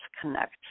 connect